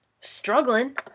struggling